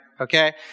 okay